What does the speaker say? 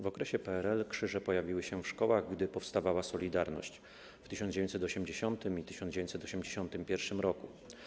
W okresie PRL krzyże pojawiły się w szkołach, gdy powstawała „Solidarność”, w 1980 i 1981 r.